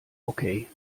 okay